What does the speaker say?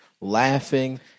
laughing